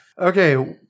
Okay